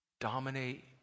dominate